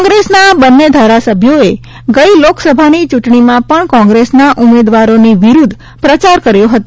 કોંગ્રેસના આ બંને ધારાસભ્યોએ ગઈ લોકસભાની ચૂંટણીમાં પણ કોંગ્રેસના ઉમેદવારોની વિરૂધ્ધ પ્રચાસ કર્યો હતો